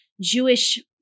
Jewish